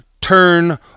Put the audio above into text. turn